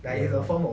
ya right